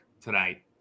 tonight